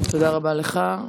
תודה רבה לך.